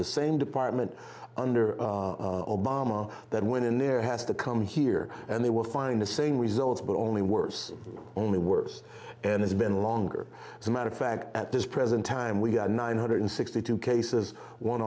the same department under obama that went in there has to come here and they will find the same results but only worse only worse and it's been longer as a matter of fact at this present time we've got nine hundred sixty two cases one